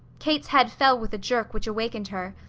kate's head fell with a jerk which awakened her,